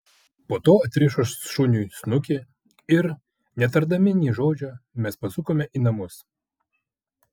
po to atrišo šuniui snukį ir netardami nė žodžio mes pasukome į namus